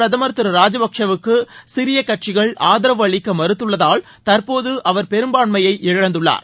பிரதமர் திரு ராஜபக்ஷேவுக்கு சிறிய கட்சிகள் ஆதரவு அளிக்க மறுத்துள்ளதால் தற்போது அவர் பெரும்பான்மையை இழந்துள்ளார்